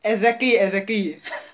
exactly exactly